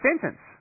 sentence